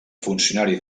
funcionari